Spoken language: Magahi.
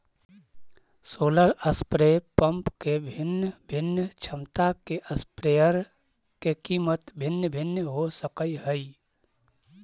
सोलर स्प्रे पंप के भिन्न भिन्न क्षमता के स्प्रेयर के कीमत भिन्न भिन्न हो सकऽ हइ